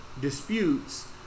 disputes